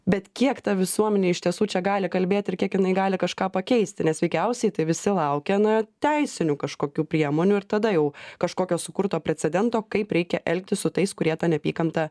bet kiek ta visuomenė iš tiesų čia gali kalbėt ir kiek jinai gali kažką pakeisti nes veikiausiai tai visi laukia na teisinių kažkokių priemonių ir tada jau kažkokio sukurto precedento kaip reikia elgtis su tais kurie tą neapykantą